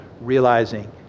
realizing